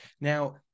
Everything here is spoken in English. Now